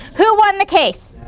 who won the case?